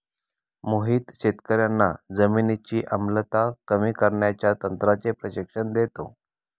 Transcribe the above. मोहित शेतकर्यांना जमिनीची आम्लता कमी करण्याच्या तंत्राचे प्रशिक्षण देतो